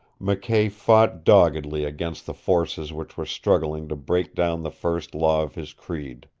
mckay fought doggedly against the forces which were struggling to break down the first law of his creed.